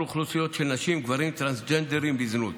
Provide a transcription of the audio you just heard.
אוכלוסיות של נשים וגברים טרנסג'נדרים בזנות.